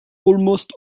almost